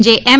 જે એમ